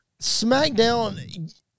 SmackDown